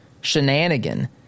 shenanigan